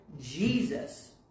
Jesus